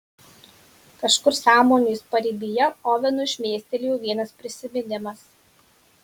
kažkur sąmonės paribyje ovenui šmėstelėjo vienas prisiminimas